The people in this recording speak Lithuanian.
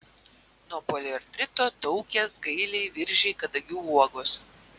nuo poliartrito taukės gailiai viržiai kadagių uogos